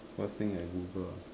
first thing I Google ah